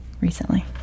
recently